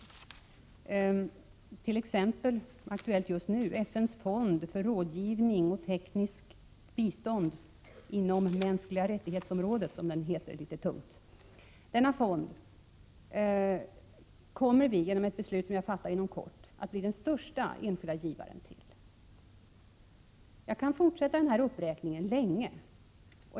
Aktuell just nu är t.ex. FN:s fond för rådgivning och tekniskt bistånd inom mänskliga rättighetsområdet, som den litet tungt heter. Vi kommer inom kort att fatta ett beslut som innebär att Sverige blir den största enskilde givaren till denna fond. Jag kan fortsätta denna uppräkning länge.